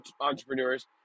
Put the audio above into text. entrepreneurs